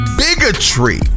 bigotry